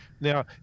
now